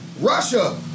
Russia